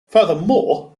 furthermore